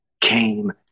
came